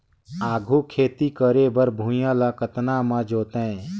आघु खेती करे बर भुइयां ल कतना म जोतेयं?